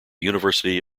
university